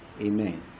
Amen